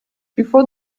before